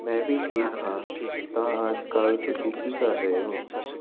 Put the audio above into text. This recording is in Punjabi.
ਮੈਂ ਵੀ ਠੀਕ ਹਾਂ ਤਾਂ ਅੱਜ ਕੱਲ੍ਹ ਤੁਸੀਂ ਕੀ ਕਰ ਰਹੇ ਹੋ